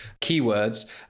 keywords